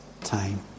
time